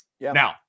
Now